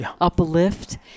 uplift